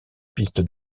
piste